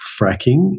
fracking